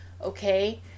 okay